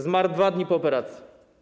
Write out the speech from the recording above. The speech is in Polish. Zmarł 2 dni po operacji.